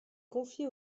confié